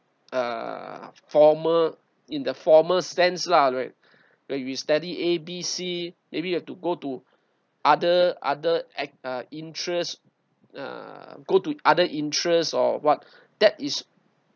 uh former in the former sense lah where where we study a b c maybe you have to go to other other act uh interest uh go to other interest or what that is